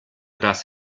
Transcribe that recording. das